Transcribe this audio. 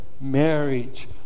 marriage